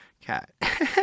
cat